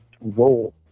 role